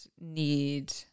need